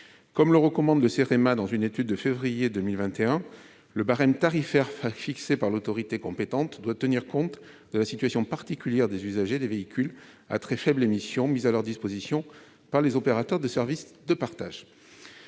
l'aménagement (Cerema) dans une étude de février 2021, le barème tarifaire fixé par l'autorité compétente doit tenir compte de la situation particulière des usagers des véhicules à très faibles émissions mis à leur disposition par les opérateurs de services de partage.